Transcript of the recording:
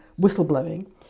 whistleblowing